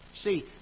See